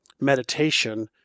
meditation